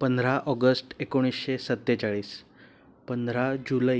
पंधरा ऑगस्ट एकोणीसशे सत्तेचाळीस पंधरा जुलै